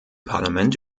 parlament